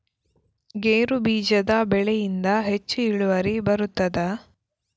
ಗೇರು ಬೀಜದ ಬೆಳೆಯಿಂದ ಹೆಚ್ಚು ಇಳುವರಿ ಬರುತ್ತದಾ?